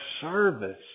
service